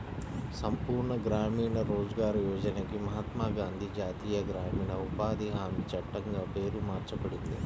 సంపూర్ణ గ్రామీణ రోజ్గార్ యోజనకి మహాత్మా గాంధీ జాతీయ గ్రామీణ ఉపాధి హామీ చట్టంగా పేరు మార్చబడింది